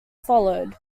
followed